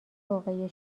واقعی